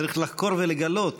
צריך לחקור ולגלות